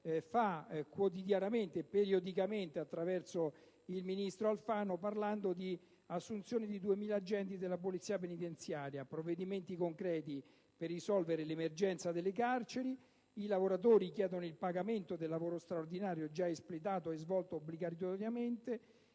promette periodicamente attraverso il ministro Alfano, che ha parlato di assunzioni di 2.000 agenti della Polizia penitenziaria, nonché di provvedimenti concreti per risolvere l'emergenza delle carceri. I lavoratori chiedono il pagamento del lavoro straordinario già espletato e svolto obbligatoriamente,